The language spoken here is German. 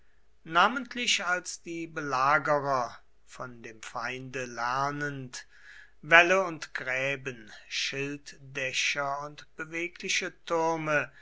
namentlich als die belagerer von dem feinde lernend wälle und gräben schilddächer und bewegliche türme